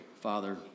Father